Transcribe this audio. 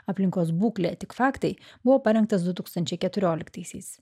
aplinkos būklė tik faktai buvo parengtas du tūkstančiai keturioliktaisiais